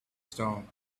stone